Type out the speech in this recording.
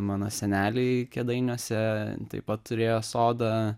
mano seneliai kėdainiuose taip pat turėjo sodą